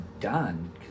done